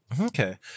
Okay